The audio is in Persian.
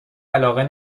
علاقه